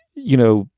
you know,